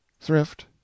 Thrift